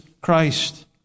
Christ